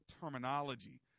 terminology